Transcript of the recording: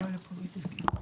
בבקשה.